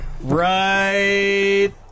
right